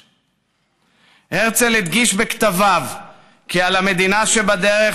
הרצל הדגיש בכתביו כי על המדינה שבדרך